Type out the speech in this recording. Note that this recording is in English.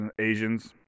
Asians